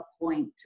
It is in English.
point